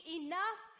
enough